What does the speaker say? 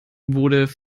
wurde